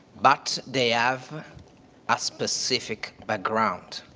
but they have a specific background,